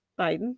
Biden